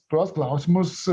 tuos klausimus